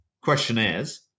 questionnaires